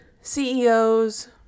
CEOs